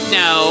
no